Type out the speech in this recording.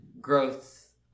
growth